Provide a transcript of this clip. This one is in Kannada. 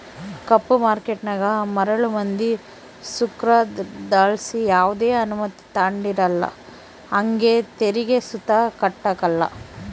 ಕಪ್ಪು ಮಾರ್ಕೇಟನಾಗ ಮರುಳು ಮಂದಿ ಸೃಕಾರುದ್ಲಾಸಿ ಯಾವ್ದೆ ಅನುಮತಿ ತಾಂಡಿರಕಲ್ಲ ಹಂಗೆ ತೆರಿಗೆ ಸುತ ಕಟ್ಟಕಲ್ಲ